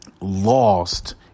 lost